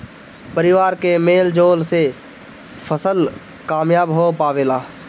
परिवार के मेल जोल से फसल कामयाब हो पावेला